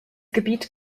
gebiet